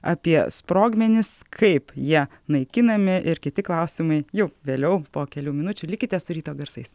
apie sprogmenis kaip jie naikinami ir kiti klausimai jau vėliau po kelių minučių likite su ryto garsais